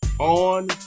On